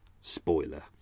spoiler